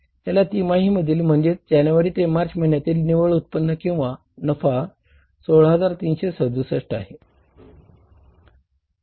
ह्या तिमाही मधील म्हणजेच जानेवारी ते मार्च महिन्यातील निव्वळ उत्पन्न किंवा नफा 16367 आहे